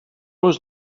was